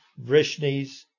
Vrishnis